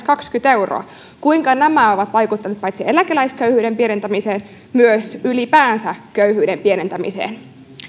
kaksikymmentä euroa kuinka nämä ovat vaikuttaneet paitsi eläkeläisköyhyyden pienentämiseen myös ylipäänsä köyhyyden pienentämiseen